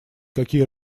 какие